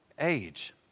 age